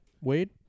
Wade